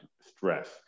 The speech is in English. stress